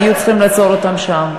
היו צריכים לעצור אותן שם.